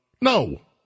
No